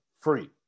Free